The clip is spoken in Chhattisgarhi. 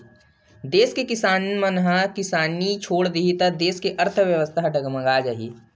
देस के किसान मन किसानी छोड़ देही त देस के अर्थबेवस्था ह डगमगा जाही